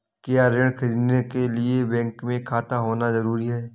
क्या ऋण ख़रीदने के लिए बैंक में खाता होना जरूरी है?